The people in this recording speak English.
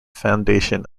foundation